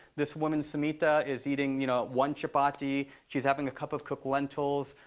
this woman, sumita, is eating you know one chapati. she's having a cup of cooked lentils,